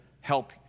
help